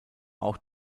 auch